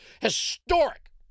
Historic